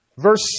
Verse